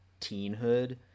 teenhood